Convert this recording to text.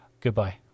Goodbye